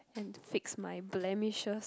and to fix my blemishes